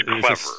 clever